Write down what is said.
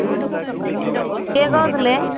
କିଏ କହୁଥିଲେ